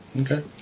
Okay